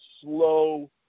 slow